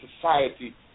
society